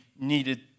needed